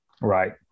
Right